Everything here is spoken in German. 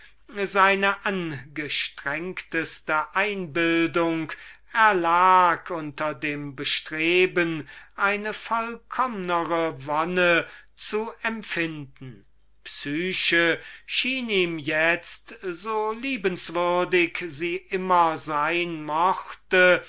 seine angestrengteste einbildung erlag unter der bestrebung eine vollkommnere wonne zu erfinden psyche schien ihm itzt so liebenswürdig sie immer sein mochte